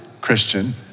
Christian